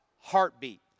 Heartbeat